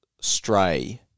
stray